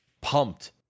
pumped